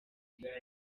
akazi